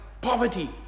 poverty